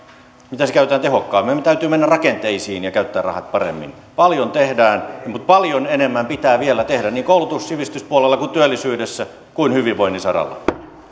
miten se käytetään tehokkaammin meidän täytyy mennä rakenteisiin ja käyttää rahat paremmin paljon tehdään mutta paljon enemmän pitää vielä tehdä niin koulutus ja sivistyspuolella työllisyydessä kuin hyvinvoinnin saralla